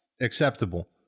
acceptable